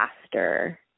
faster